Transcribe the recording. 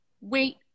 Wait